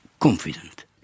confident